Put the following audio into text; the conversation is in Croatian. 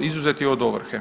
izuzeti od ovrhe.